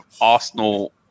Arsenal